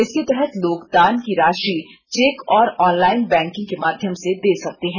इसके तहत लोग दान की राषि चेक और ऑनलाईन बैंकिंग के माध्यम से दे सकते हैं